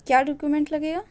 کیا ڈاکومینٹ لگے گا